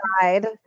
side